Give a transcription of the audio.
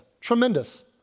tremendous